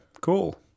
cool